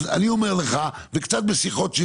אם נעביר את זה